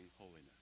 holiness